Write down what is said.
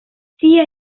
sia